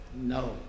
No